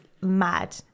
mad